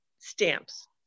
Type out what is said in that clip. stamps